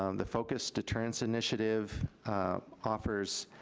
um the focused deterrence initiative offers